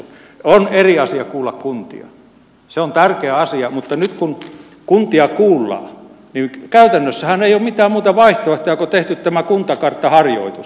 on eri asia kuulla kuntia se on tärkeä asia mutta nyt kun kuntia kuullaan niin käytännössähän ei ole mitään muuta vaihtoehtoa kun on tehty tämä kuntakarttaharjoitus